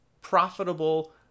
profitable